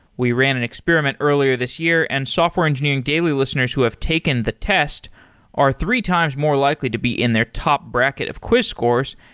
we ran an experiment earlier this year and software engineering daily listeners who have taken the test are three times more likely to be in their top bracket of quiz scores.